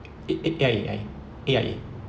A A A A_I_A A_I_A